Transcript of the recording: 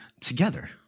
together